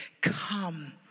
come